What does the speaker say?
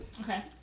Okay